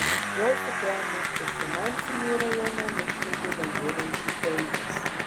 jau sutemo ir finansinį rajoną nušvietė dangoraižių eilės